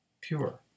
pure